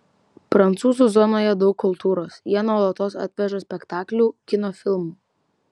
prancūzų zonoje daug kultūros jie nuolatos atveža spektaklių kino filmų